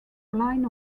line